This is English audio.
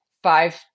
five